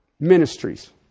ministries